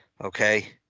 Okay